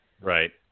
right